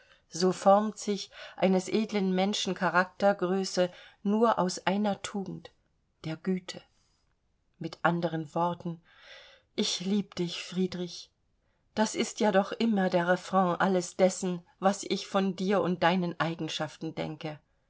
so formt sich eines edlen menschen charaktergröße nur aus einer tugend der güte mit anderen worten ich lieb dich friedrich das ist ja doch immer der refrain alles dessen was ich von dir und deinen eigenschaften denke